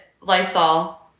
Lysol